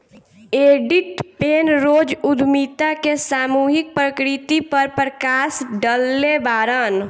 Edith Penrose उद्यमिता के सामूहिक प्रकृति पर प्रकश डलले बाड़न